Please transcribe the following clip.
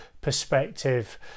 perspective